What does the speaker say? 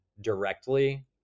directly